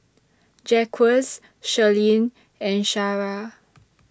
Jacquez Sherlyn and Shara